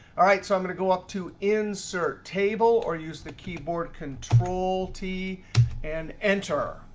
all right, so i'm going to go up to insert table or use the keyboard control t and enter.